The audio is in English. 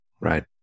Right